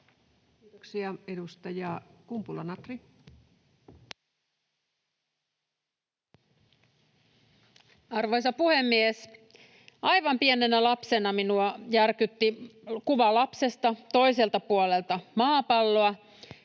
Time: 16:16 Content: Arvoisa puhemies! Aivan pienenä lapsena minua järkytti kuva lapsesta toiselta puolelta maapalloa.